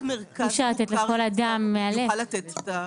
אי אפשר לתת לכל אדם לאלף.